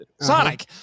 Sonic